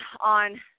on